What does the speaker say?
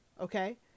Okay